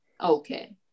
Okay